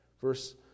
Verse